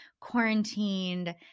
quarantined